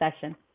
session